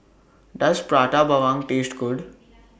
Does Prata Bawang Taste Good